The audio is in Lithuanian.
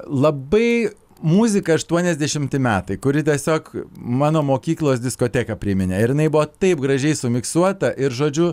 labai muzika aštuoniasdešimti metai kuri tiesiog mano mokyklos diskoteką priminė ir jinai buvo taip gražiai sumiksuota ir žodžiu